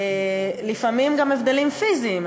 לפעמים גם הבדלים פיזיים,